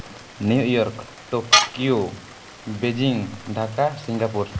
New York Tokyo Beijing Dhaka Singapore